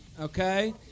Okay